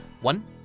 One